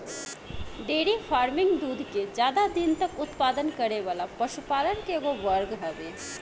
dairy farming दूध के ज्यादा दिन तक उत्पादन करे वाला पशुपालन के एगो वर्ग हवे